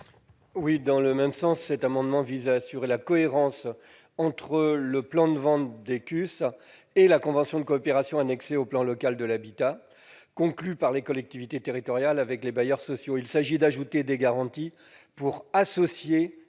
va dans le même sens que le précédent : il vise à assurer la cohérence entre le plan de vente des CUS et la convention de coopération annexée au programme local de l'habitat, conclue par les collectivités territoriales avec les bailleurs sociaux. Il s'agit d'ajouter des garanties, pour associer